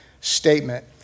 statement